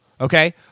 okay